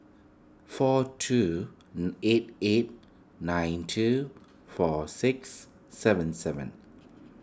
four two eight eight nine two four six seven seven